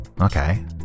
okay